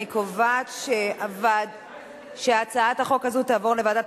אני קובעת שהצעת החוק הזאת תועבר לוועדת